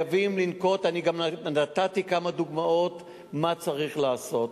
חייבים לנקוט, נתתי גם כמה דוגמאות מה צריך לעשות.